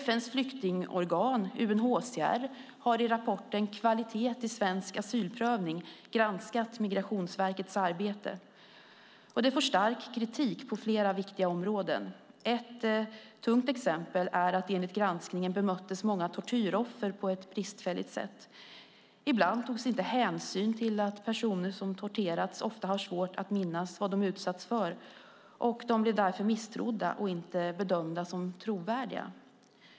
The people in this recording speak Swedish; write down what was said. FN:s flyktingorgan, UNHCR, har i rapporten Kvalitet i svensk asylprövning granskat Migrationsverkets arbete. Det får stark kritik på flera viktiga områden. Ett tungt exempel enligt granskningen är att många tortyroffer bemöttes på ett bristfälligt sätt. Ibland togs inte hänsyn till att personer som har torterats ofta har svårt att minnas vad de har utsatts för. De blir därför misstrodda och inte bedömda som trovärdiga.